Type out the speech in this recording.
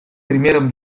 примером